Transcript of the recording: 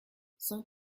sans